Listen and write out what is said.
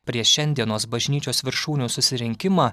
prieš šiandienos bažnyčios viršūnių susirinkimą